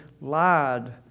lied